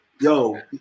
Yo